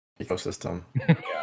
ecosystem